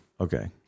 Okay